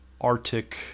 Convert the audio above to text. Arctic